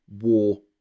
war